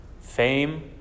fame